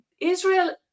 israel